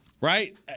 Right